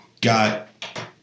got